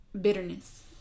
bitterness